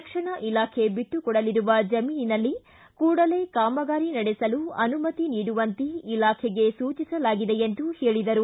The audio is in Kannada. ರಕ್ಷಣಾ ಇಲಾಖೆ ಬಿಟ್ಟುಕೊಡಲಿರುವ ಜಮೀನಿನಲ್ಲಿ ಕೂಡಲೇ ಕಾಮಗಾರಿ ನಡೆಸಲು ಅನುಮತಿ ನೀಡುವಂತೆ ಇಲಾಖೆಗೆ ಸೂಚಿಸಲಾಗಿದೆ ಎಂದು ಹೇಳಿದರು